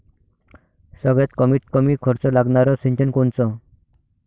सगळ्यात कमीत कमी खर्च लागनारं सिंचन कोनचं?